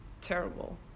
terrible